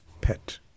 pet